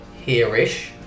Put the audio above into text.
here-ish